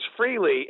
Freely